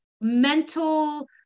mental